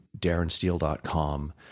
darrensteel.com